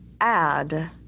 add